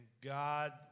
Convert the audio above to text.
God